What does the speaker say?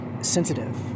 sensitive